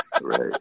Right